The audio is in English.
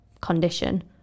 condition